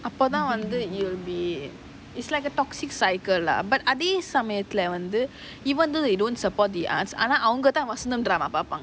அப்போ தான் வந்து:appo thaan vanthu you'll be it's like a toxic cycle lah but are they அதே சமயத்துல:athae samayathula even though they don't support the arts ஆனா அவங்க தான் Vasantham avanga thaan vasantham drama பாப்பாங்க:paapaanga